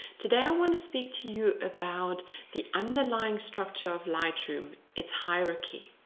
today i want to speak to you about the underlying structure of lightroom. it's hierarchy.